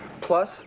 plus